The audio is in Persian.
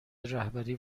رهبری